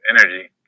energy